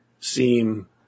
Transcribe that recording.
seem